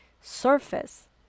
surface